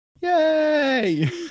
Yay